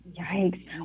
Yikes